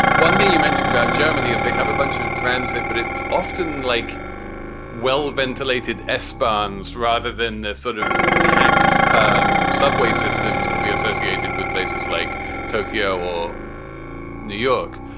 one thing you mentioned about germany is they have a bunch of transit, but it's often like well ventilated s bonds rather than sort of packed um subway systems that we associated with places like tokyo or new york.